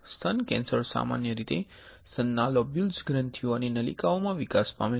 સ્તન કેન્સર સામાન્ય રીતે સ્તનના લોબ્યુલ્સ ગ્રંથીઓ અને નલિકાઓ માં વિકાસ પામે છે